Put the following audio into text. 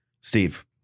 Steve